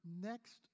next